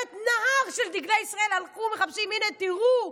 נהר של דגלי ישראל הלכו, והם מחפשים: הינה, תראו.